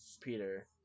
Peter